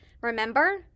remember